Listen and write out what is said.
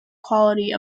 quality